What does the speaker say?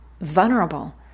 vulnerable